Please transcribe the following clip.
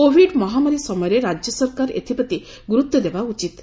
Covid ମହାମାରୀ ସମୟରେ ରାଜ୍ୟ ସରକାର ଏଥିପ୍ରତି ଗୁରୁତ୍ୱ ଦେବା ଉଚିତ୍